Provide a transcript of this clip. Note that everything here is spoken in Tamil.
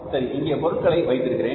சரி இங்கே பொருட்களை வைத்திருக்கிறேன்